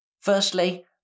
Firstly